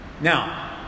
Now